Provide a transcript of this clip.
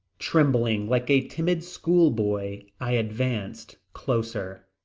trembling like a timid school-boy i advanced closer.